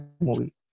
movie